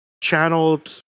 channeled